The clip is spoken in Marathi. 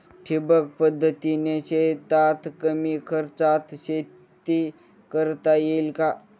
ठिबक पद्धतीने शेतात कमी खर्चात शेती करता येईल का?